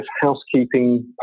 housekeeping